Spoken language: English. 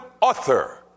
author